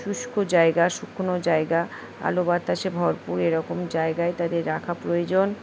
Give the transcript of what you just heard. শুষ্ক জায়গা শুকনো জায়গা আলো বাতাসে ভরপুর এরকম জায়গায় তাদের রাখা প্রয়োজন